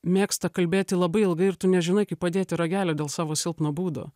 mėgsta kalbėti labai ilgai ir tu nežinai kaip padėti ragelį dėl savo silpno būdo